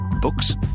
Books